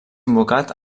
invocat